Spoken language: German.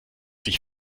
sich